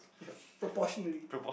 yes proportionately